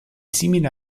simile